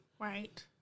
Right